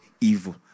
evil